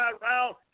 round